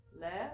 left